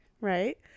right